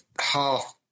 half-